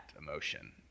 emotion